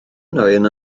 nwyon